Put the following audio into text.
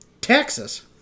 Texas